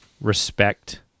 respect